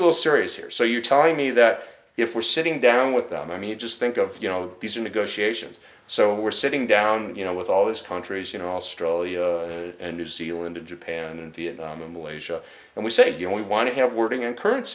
people serious here so you're telling me that if we're sitting down with them i mean just think of you know these are negotiations so we're sitting down you know with all these countries you know australia and new zealand and japan and vietnam and malaysia and we said you know we want to have wording in cur